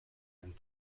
and